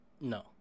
No